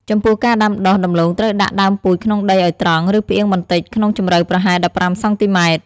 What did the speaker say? ចំពោះការដាំដុះ ដំបូងត្រូវដាក់ដើមពូជក្នុងដីឲ្យត្រង់ ឬផ្អៀងបន្តិច ក្នុងជម្រៅប្រហែល ១៥ សង់ទីម៉ែត្រ។